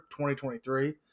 2023